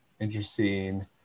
Interesting